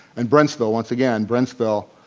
and brentsville once again brentsville,